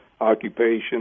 occupation